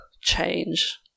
change